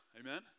Amen